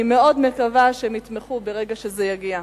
אני מאוד מקווה שהם יתמכו ברגע שזה יגיע.